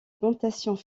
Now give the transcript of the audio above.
plantations